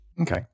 Okay